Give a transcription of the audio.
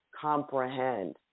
comprehend